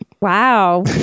Wow